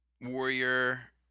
warrior